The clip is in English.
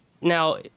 Now